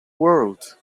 world